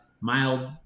mild